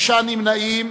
ונמנעים,